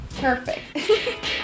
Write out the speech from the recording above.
perfect